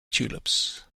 tulips